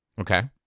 Okay